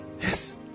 Yes